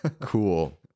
cool